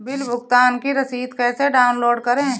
Bill भुगतान की रसीद कैसे डाउनलोड करें?